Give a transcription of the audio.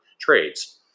trades